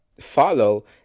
follow